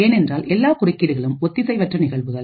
ஏனென்றால் எல்லா குறுக்கீடுகளும் ஒத்திசைவற்ற நிகழ்வுகள்